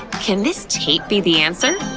can this tape be the answer?